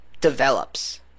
develops